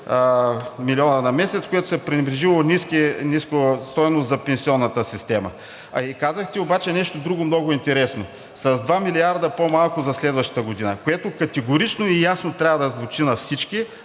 милиона на месец, което е пренебрежимо ниска стойност за пенсионната система. Казахте обаче нещо друго много интересно – с два милиарда по-малко за следващата година, което категорично и ясно трябва да звучи на всички